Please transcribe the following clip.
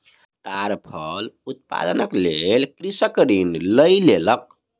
ताड़ फल उत्पादनक लेल कृषक ऋण लय लेलक